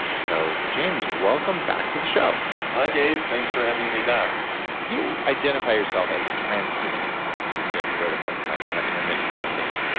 so, james, welcome back to the show hi, dave. thanks for having me back you identify yourself as a transhumanist, and yet, you wrote a book talking about intermittent fasting.